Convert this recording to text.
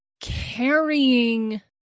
carrying